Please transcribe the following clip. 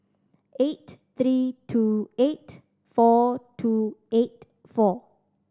eight three two eight four two eight four